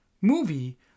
movie